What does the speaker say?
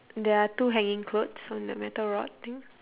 there are two hanging clothes on that metal rod thing